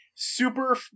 Super